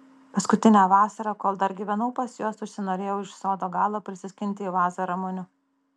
paskutinę vasarą kol dar gyvenau pas juos užsinorėjau iš sodo galo prisiskinti į vazą ramunių